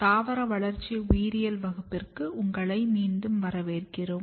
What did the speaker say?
தாவர வளர்ச்சி உயிரியல் வகுப்பிற்கு உங்களை மீண்டும் வரவேற்கிறோம்